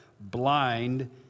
blind